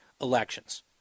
elections